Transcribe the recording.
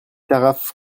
carafe